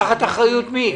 תחת אחריות מי?